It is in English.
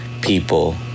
people